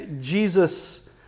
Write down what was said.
jesus